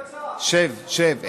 שב, שב, שב.